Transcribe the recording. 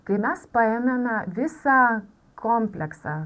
kai mes paėmėme visą kompleksą